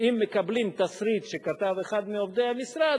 אם מקבלים תסריט שכתב אחד מעובדי המשרד,